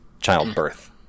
Childbirth